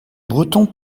bretons